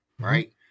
right